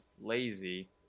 lazy